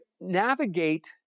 navigate